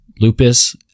lupus